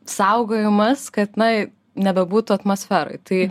saugojimas kad na nebebūtų atmosferoj tai